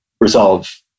resolve